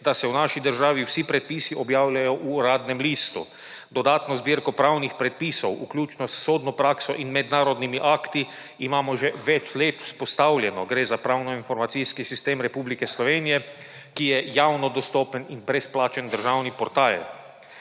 da se v naši državi vsi predpisi objavljajo v Uradnem listu. Dodatno zbirko pravnih predpisov, vključno s sodno prakso in mednarodnimi akti, imamo že več let vzpostavljeno. Gre za Pravno-informacijski sistem Republike Slovenije, ki je javno dostopen in brezplačen državni portal.